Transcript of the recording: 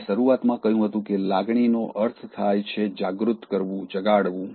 મેં શરૂઆતમાં કહ્યું હતું કે લાગણીનો અર્થ થાય છે જગાડવું